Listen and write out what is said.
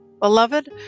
Beloved